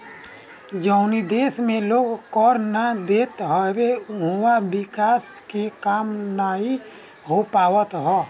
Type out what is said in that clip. जवनी देस में लोग कर ना देत हवे उहवा विकास के काम नाइ हो पावत हअ